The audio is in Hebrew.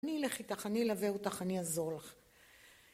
אני אלך איתך, אני אלווה אותך, אני אעזור לך